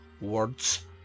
Words